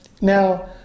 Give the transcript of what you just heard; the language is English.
Now